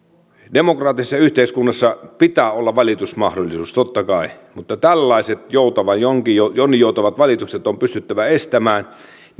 demokraattisessa yhteiskunnassa pitää olla valitusmahdollisuus totta kai mutta tällaiset jonninjoutavat valitukset on pystyttävä estämään